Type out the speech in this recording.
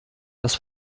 das